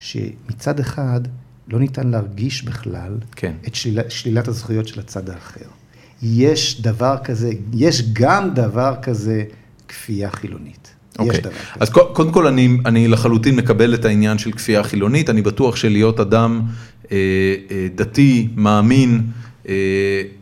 ‫שמצד אחד לא ניתן להרגיש בכלל, כן, ‫את שלילת הזכויות של הצד האחר. ‫יש גם דבר כזה כפייה חילונית. ‫יש דבר כזה. ‫אז קודם כול, אני לחלוטין מקבל ‫את העניין של כפייה חילונית. ‫אני בטוח שלהיות אדם דתי, מאמין,